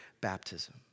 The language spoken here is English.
baptism